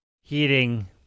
heating